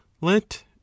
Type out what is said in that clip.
let